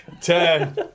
ten